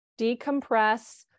decompress